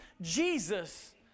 Jesus